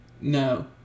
No